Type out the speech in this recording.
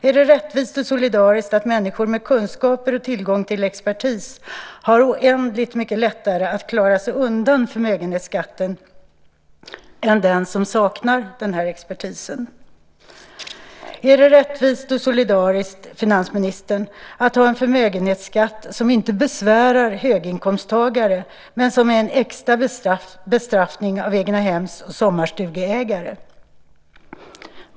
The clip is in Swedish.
Är det rättvist och solidariskt att människor med kunskaper och tillgång till expertis har oändligt mycket lättare att klara sig undan förmögenhetsskatten än den som saknar denna expertis? Är det rättvist och solidariskt, finansministern, att ha en förmögenhetsskatt som inte besvärar höginkomsttagare men som är en extra bestraffning av egnahems och sommarstugeägare?